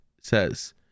says